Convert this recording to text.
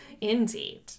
Indeed